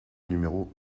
numéro